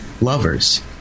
lovers